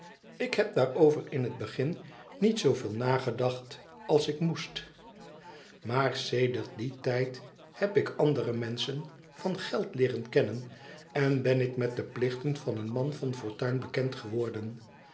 ik heb daarover in het begin niet zooveel nagedacht als ik moest maar sedert dien tijd heb ik andere menschen van geld leeren kennen en ben ik met de plichten van een man van fortuin bekend geworden